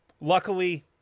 Luckily